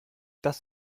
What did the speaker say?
das